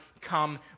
come